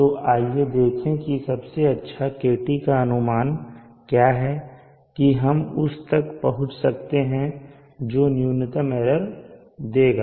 तो आइए देखें कि सबसे अच्छा KT का अनुमान क्या है कि हम उस तक पहुंच सकते हैं जो न्यूनतम एरर देगा